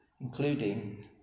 including